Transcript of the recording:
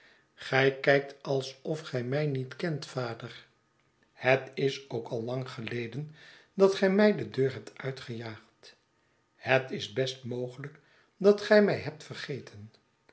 gij kijkt alsof gij mij niet kent vader het is ook al lang geleden dat gij mij de deur hebt uitgejaagd het is best mogelijk dat gij mij hebt vergeten